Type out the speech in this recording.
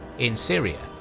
in syria,